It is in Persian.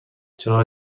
چراغ